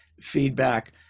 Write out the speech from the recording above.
feedback